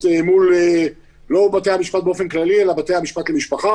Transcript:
לא מול בתי-המשפט באופן כללי אלא מול בתי-המשפט למשפחה,